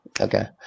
Okay